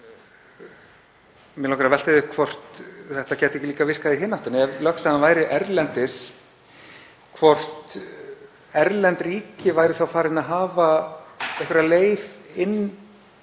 Mig langar að velta því upp hvort þetta gæti ekki líka virkað í hina áttina. Ef lögsagan væri erlendis, hvort erlend ríki væru þá farin að hafa einhverja leið inn